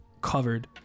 covered